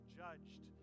judged